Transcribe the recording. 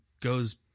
goes